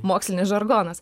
mokslinis žargonas